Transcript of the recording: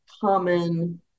common